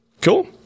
Cool